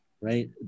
right